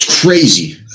crazy